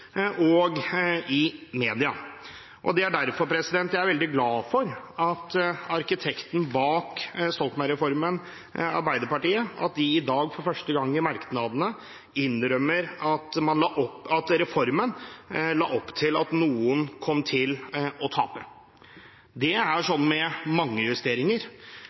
og i media, og derfor er jeg veldig glad for at arkitekten bak Stoltenberg-reformen, Arbeiderpartiet, i dag for første gang i merknadene innrømmer at reformen la opp til at noen kom til å tape. Det er slik med mange justeringer.